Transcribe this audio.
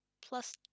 plus